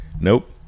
nope